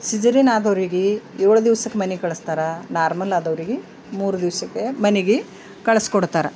caesarean ಆದವರಿಗೆ ಏಳು ದಿವ್ಸಕ್ಕೆ ಮನೆಗೆ ಕಳ್ಸ್ತಾರೆ ನಾರ್ಮಲ್ ಆದವ್ರಿಗೆ ಮೂರು ದಿವ್ಸಕ್ಕೆ ಮನೆಗೆ ಕಳಿಸ್ಕೊಡ್ತಾರೆ